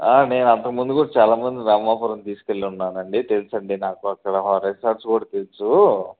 నేను అంతకు ముందు కూడా చాలా మందిని రామాపురం తీసుకెళ్ళి ఉన్నానండి తెలుసండి నాకు అక్కడ రిసార్ట్స్ కూడా తెలుసు